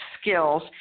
skills